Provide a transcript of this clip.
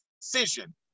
decision